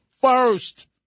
first